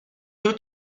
two